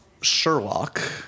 Sherlock